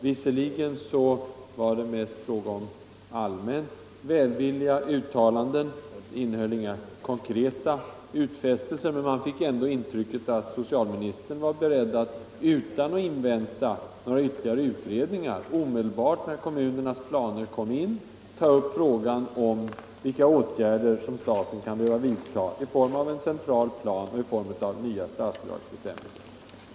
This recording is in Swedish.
Visserligen var det mest fråga om allmänt välvilliga uttalanden — de innehöll inga konkreta utfästelser — men man fick ändå intrycket att socialministern var beredd att, utan att invänta några ytterligare utredningar, omedelbart när kommunernas planer kom in ta upp frågan om vilka åtgärder staten kan behöva vidta i form av en central plan och i form av nya statsbidragsbestämmelser.